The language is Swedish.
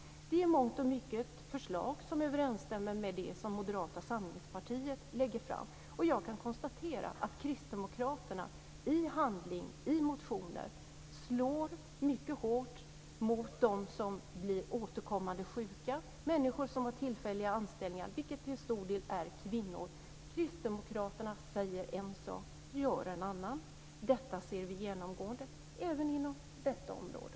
Det är i mångt och mycket förslag som överensstämmer med de som Jag kan konstatera att Kristdemokraterna i handling och i motioner slår mycket hårt mot dem som blir återkommande sjuka och människor som har tillfälliga anställningar, vilka till stor del är kvinnor. Kristdemokraterna säger en sak och gör en annan. Detta ser vi genomgående, även inom detta område.